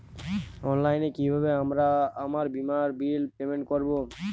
অনলাইনে কিভাবে আমার বীমার বিল পেমেন্ট করবো?